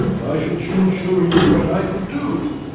i should soon show you what i could do.